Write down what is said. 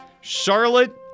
Charlotte